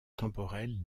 temporelle